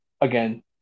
Again